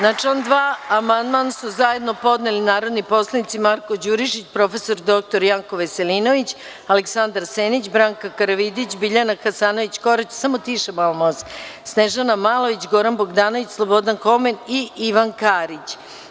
Na član 2. amandman su zajedno podneli narodni poslanici Marko Đurišić, prof. dr Janko Veselinović, Aleksandar Senić, Branka Karavidić, Biljana Hasanović Korać, Snežana Malović, Goran Bogdanović, Slobodan Homen i Ivan Karić.